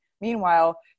Meanwhile